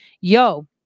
yo